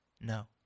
No